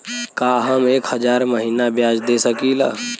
का हम एक हज़ार महीना ब्याज दे सकील?